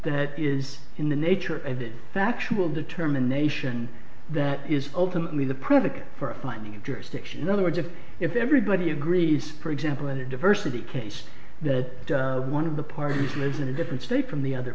that is in the nature of that factual determination that is ultimately the predicate for a finding of jurisdiction in other words if if everybody agrees for example in a diversity case that one of the parties is in a different state from the other